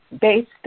based